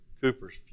Cooper's